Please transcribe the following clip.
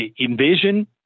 envision